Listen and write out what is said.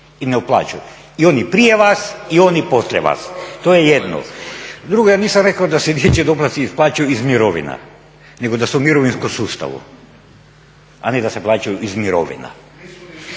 i ne uplaćuju i oni prije vas i oni poslije vas. To je jedno. Drugo, ja nisam rekao da se dječji doplatci isplaćuju iz mirovina nego da su u mirovinskom sustavu, a ne da se plaćaju iz mirovina.